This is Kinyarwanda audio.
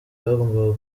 bagombaga